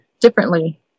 differently